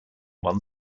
one